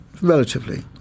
relatively